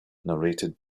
narrated